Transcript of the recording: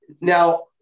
Now